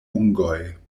ungoj